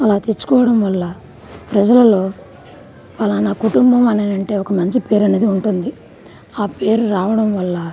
అలా తెచ్చుకోవడం వల్ల ప్రజలలో పలానా కుటుంబం అని అంటే ఒక మంచి పేరు అనేది ఉంటుంది ఆ పేరు రావడం వల్ల